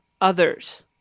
others